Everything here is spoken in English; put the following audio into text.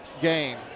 game